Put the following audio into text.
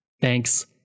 Thanks